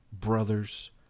brothers